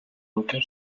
local